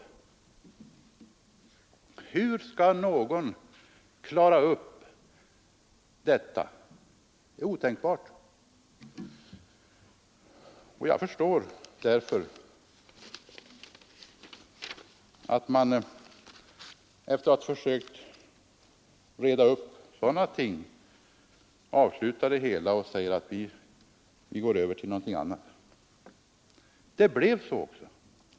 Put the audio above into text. Hur skall någon klara upp detta? Det är otänkbart! Och jag förstår därför att man — efter att ha försökt reda upp sådana ting — avslutade det hela och sade: Vi går över till något annat.